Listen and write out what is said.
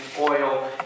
oil